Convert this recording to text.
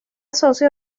socio